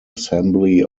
assembly